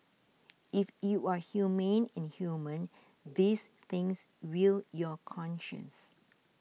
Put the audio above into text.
if you are humane and human these things will your conscience